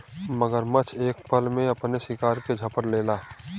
मगरमच्छ एक पल में अपने शिकार के झपट लेला